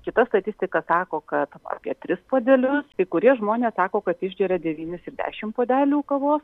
kita statistika sako kad apie tris puodelius kai kurie žmonės sako kad išgeria devynis ir dešim puodelių kavos